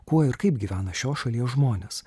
kuo ir kaip gyvena šios šalies žmonės